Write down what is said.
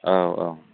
औ औ